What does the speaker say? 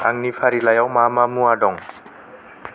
आंनि फारिलाइयाव मा मा मुवा दं